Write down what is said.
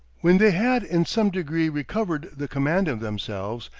when they had in some degree recovered the command of themselves,